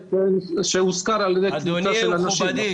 שהושכר על ידי קבוצה של אנשים.